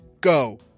Go